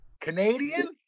Canadian